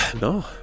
No